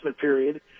period